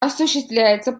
осуществляется